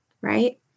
Right